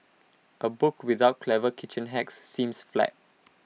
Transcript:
A book without clever kitchen hacks seems flat